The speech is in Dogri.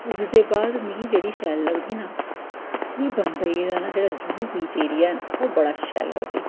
उसदे बाद मिगी जेह्ड़ी शैल लगदी न मी बम्बेई दा न जेह्ड़ा जूहू बीच एरिया न ओह् बड़ा शैल लगदा ई